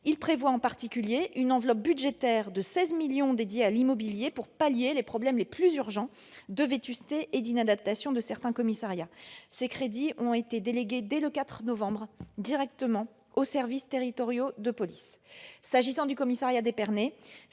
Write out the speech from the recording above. Il prévoit en particulier une enveloppe budgétaire de 16 millions d'euros dédiée à l'immobilier pour pallier les problèmes les plus urgents de vétusté et d'inadaptation de certains commissariats. Ces crédits ont été délégués dès le 4 novembre directement aux services territoriaux de police. S'agissant du commissariat d'Épernay,